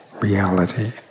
reality